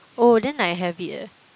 oh then I have it eh